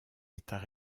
états